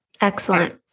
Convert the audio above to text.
Excellent